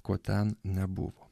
ko ten nebuvo